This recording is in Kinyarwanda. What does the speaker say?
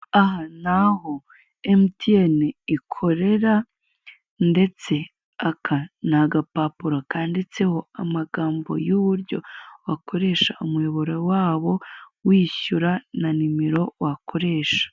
Aha ni aho Mtn ikorera ndetse aka ni agapapuro kanditseho amagambo y'uburyo wakoresha umuyoboro wabo wishyura na nimero wakoresha.